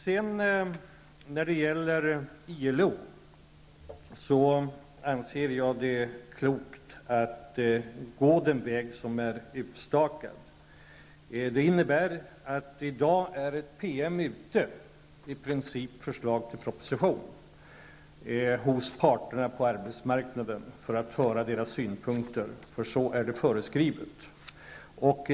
När det sedan gäller ILO anser jag det klokt att gå den väg som är utstakad. Det innebär att en PM är ute i dag -- det är i princip ett förslag till proposition -- hos parterna på arbetsmarknaden för att vi skall få höra deras synpunkter. Så är det föreskrivet.